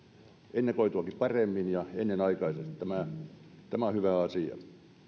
ennakoituakin paremmin ja ennenaikaisesti tämä on hyvä asia